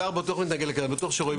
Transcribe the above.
האוצר בטוח מתנגד לקרטל,